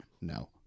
No